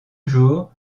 jour